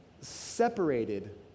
separated